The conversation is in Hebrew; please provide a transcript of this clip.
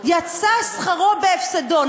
יצא שכרו בהפסדו.